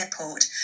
Airport